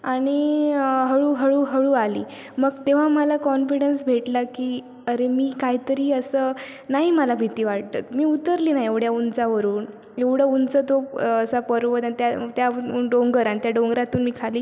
आणि हळू हळू हळू आली मग तेव्हा मला कॉन्पिडन्स भेटला की अरे मी काय तरी असं नाही मला भीती वाटत मी उतरले ना एवढ्या उंचावरून एवढा उंच तो असा पर्वत आणि त्या त्यावरून डोंगर आणि त्या डोंगरातून मी खाली